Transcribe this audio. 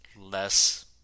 less